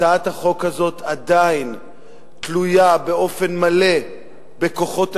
הצעת החוק הזאת עדיין תלויה באופן מלא בכוחות השוק.